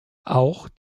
auch